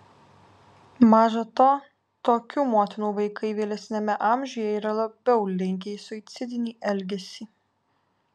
maža to tokių motinų vaikai vėlesniame amžiuje yra labiau linkę į suicidinį elgesį